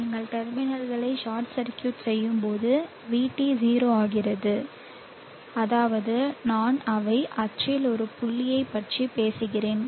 நீங்கள் டெர்மினல்களை short circuit செய்யும் போது vT 0 ஆகிறது அதாவது நான் அவை அச்சில் ஒரு புள்ளியைப் பற்றி பேசுகிறேன்